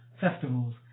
festivals